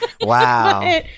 Wow